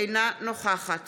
אינה נוכחת